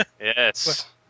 yes